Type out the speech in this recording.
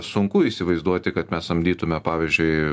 sunku įsivaizduoti kad mes samdytume pavyzdžiui